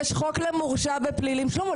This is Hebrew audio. שלמה,